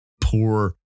poor